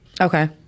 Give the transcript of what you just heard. Okay